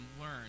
learn